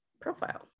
profile